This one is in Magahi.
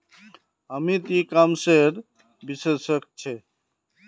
अमित ई कॉमर्सेर विशेषज्ञ छे